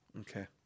okay